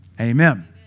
Amen